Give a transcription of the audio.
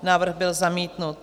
Návrh byl zamítnut.